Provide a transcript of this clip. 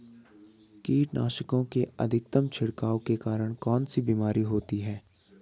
कीटनाशकों के अत्यधिक छिड़काव के कारण कौन सी बीमारी होती है?